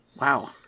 Wow